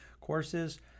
courses